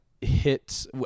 hits